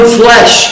flesh